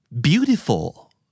Beautiful